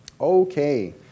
Okay